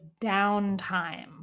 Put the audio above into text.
downtime